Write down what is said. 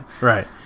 right